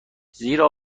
زیرا